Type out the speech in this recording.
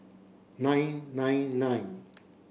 nine nine nine